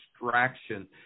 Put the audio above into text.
distraction